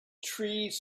trees